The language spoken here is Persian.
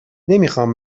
نمیخوام